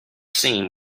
scene